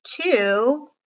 two